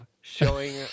showing